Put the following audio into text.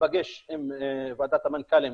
להיפגש עם ועדת המנכ"לים,